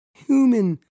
Human